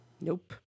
Nope